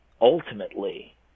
ultimately